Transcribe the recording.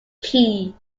key